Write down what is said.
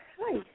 Hi